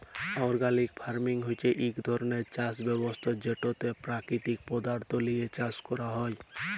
organic farming হছে ইক ধরলের চাষ ব্যবস্থা যেটতে পাকিতিক পদাথ্থ লিঁয়ে চাষ ক্যরা হ্যয়